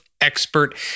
expert